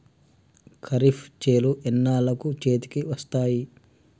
ఖరీఫ్ చేలు ఎన్నాళ్ళకు చేతికి వస్తాయి?